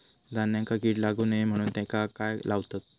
धान्यांका कीड लागू नये म्हणून त्याका काय लावतत?